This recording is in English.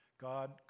God